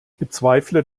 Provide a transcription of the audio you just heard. bezweifle